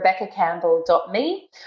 rebeccacampbell.me